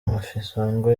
mafisango